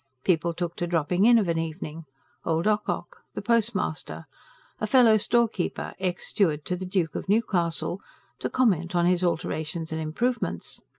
people took to dropping in of an evening old ocock the postmaster a fellow storekeeper, ex-steward to the duke of newcastle to comment on his alterations and improvements.